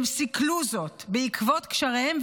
הם סיכלו זאת בעקבות קשריהם,